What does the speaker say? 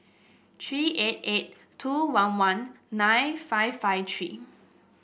three eight eight two one one nine five five three